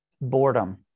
boredom